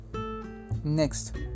next